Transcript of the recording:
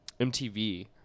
MTV